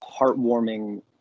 heartwarming